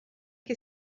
que